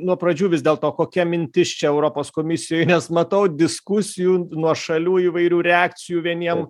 nuo pradžių vis dėlto kokia mintis čia europos komisijoj nes matau diskusijų nuo šalių įvairių reakcijų vieniem